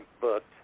booked